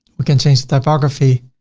we can change the topography,